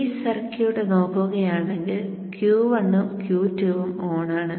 ഈ സർക്യൂട്ട് നോക്കുകയാണെങ്കിൽ Q1 ഉം Q2 ഉം ഓണാണ്